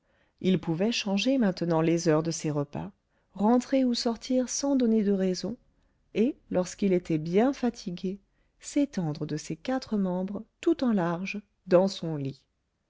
il pouvait changer maintenant les heures de ses repas rentrer ou sortir sans donner de raisons et lorsqu'il était bien fatigué s'étendre de ses quatre membres tout en large dans son lit